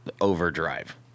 overdrive